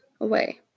away